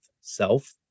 self